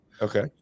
Okay